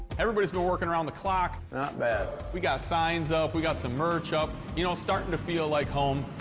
everybody's been working around the clock. not bad. we got signs up. we got some merch up. you know, it's starting to feel like home.